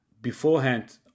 beforehand